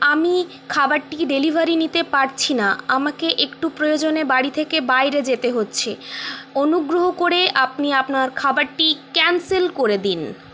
আমি খাবারটি ডেলিভারি নিতে পারছি না আমাকে একটু প্রয়োজনে বাড়ি থেকে বাইরে যেতে হচ্ছে অনুগ্রহ করে আপনি আপনার খাবারটি ক্যান্সেল করে দিন